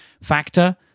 Factor